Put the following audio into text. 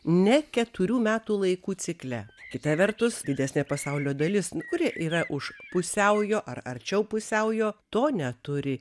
ne keturių metų laikų cikle kita vertus didesnė pasaulio dalis kuri yra už pusiaujo ar arčiau pusiaujo to neturi